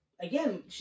Again